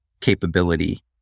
capability